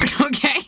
Okay